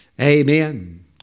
Amen